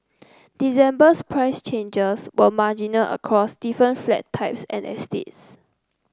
December's price changes were marginal across different flat types and estates